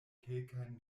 kelkajn